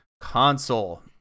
console